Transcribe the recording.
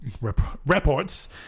reports